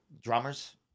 drummers